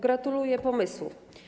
Gratuluję pomysłu.